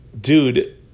dude